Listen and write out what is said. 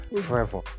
forever